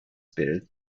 bild